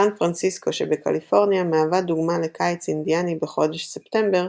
סן פרנסיסקו שבקליפורניה מהווה דוגמה לקיץ אינדיאני בחודש ספטמבר,